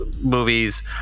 movies